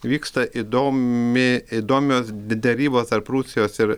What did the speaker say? vyksta įdomi įdomios de derybos tarp rusijos ir